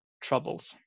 troubles